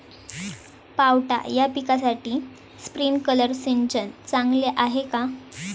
पावटा या पिकासाठी स्प्रिंकलर सिंचन चांगले आहे का?